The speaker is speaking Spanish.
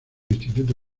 instituto